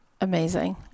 amazing